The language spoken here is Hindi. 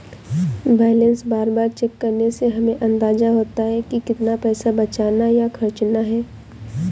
बैलेंस बार बार चेक करने से हमे अंदाज़ा होता है की कितना पैसा बचाना या खर्चना है